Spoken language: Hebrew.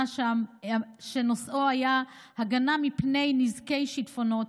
שנושאו היה הגנה מפני נזקי שיטפונות.